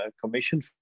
commission